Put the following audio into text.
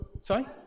Sorry